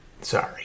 sorry